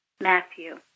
Matthew